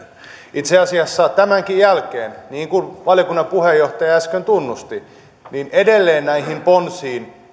itse asiassa tämänkin jälkeen niin kuin valiokunnan puheenjohtaja äsken tunnusti edelleen näihin ponsiin